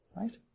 Right